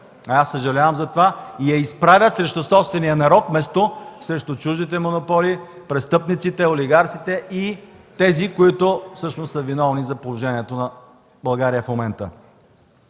аз съжалявам за това, и я изправят срещу собствения народ, вместо срещу чуждите монополи, престъпниците, олигарсите и тези, които всъщност са виновни за положението на България в момента.